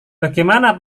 bagaimana